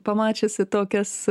pamačiusi tokias